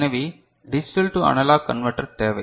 எனவே digital to analog converter தேவை